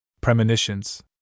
Premonitions